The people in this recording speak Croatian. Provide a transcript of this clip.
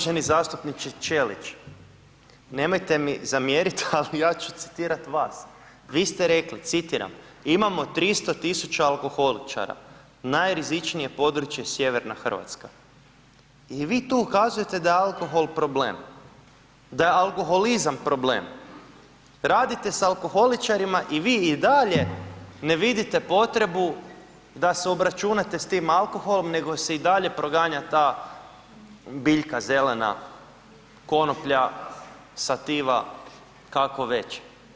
Uvaženi zastupniče Ćelić, nemojte mi zamjeriti ali ja ću citirati vas, vi ste rekli citiram: „imamo 300.000 alkoholičara, najrizičnije područje sjeverna Hrvatska“ i vi tu ukazujete da je alkohol problem, da je alkoholizam problem, radite s alkoholičarima i vi dalje ne vidite potrebu da se obračunate s tim alkoholom nego se i dalje proganja ta biljka zelena konoplja, sativa, kako već.